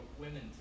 women